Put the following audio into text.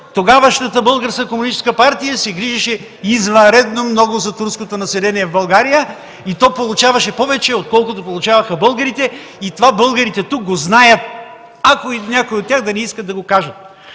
комунистическа партия се грижеше извънредно много за турското население в България и то получаваше повече, отколкото получаваха българите. И това българите тук го знаят. Ако и някои от тях да не иска да го кажат.